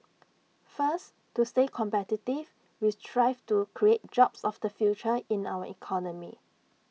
first to stay competitive we strive to create jobs of the future in our economy